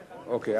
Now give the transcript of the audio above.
אוקיי,